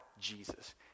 Jesus